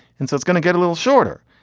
and so it's gonna get a little shorter.